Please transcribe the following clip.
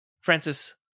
Francis